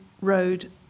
Road